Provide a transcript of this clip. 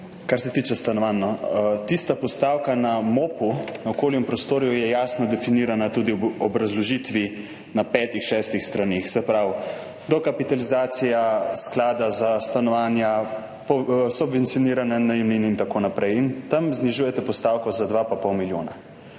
Kar se tiče stanovanj. Tista postavka na MOP, na okolju in prostoru je jasno definirana tudi v obrazložitvi na petih, šestih straneh, se pravi dokapitalizacija sklada za stanovanja, subvencioniranja najemnin in tako naprej. In tam znižujete postavko za 2 pa pol milijonov.